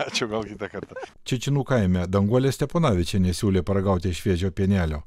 ačiū gal kitą kartą čečėnų kaime danguolė steponavičienė siūlė paragauti šviežio pienelio